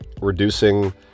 reducing